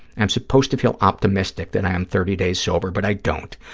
i'm supposed to feel optimistic that i am thirty days' sober, but i don't.